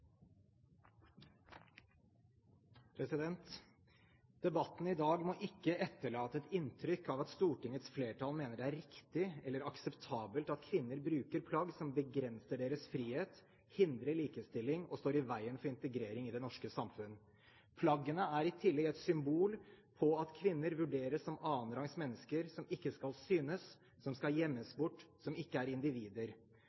Debatten i dag må ikke etterlate et inntrykk av at Stortingets flertall mener det er riktig eller akseptabelt at kvinner bruker plagg som begrenser deres frihet, hindrer likestilling og står i veien for integrering i det norske samfunn. Plaggene er i tillegg et symbol på at kvinner vurderes som annenrangs mennesker som ikke skal synes, som skal